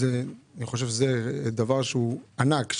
זה דבר ענק,